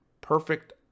perfect